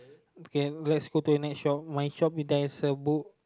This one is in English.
okay let's go to the next shop my shop there's a book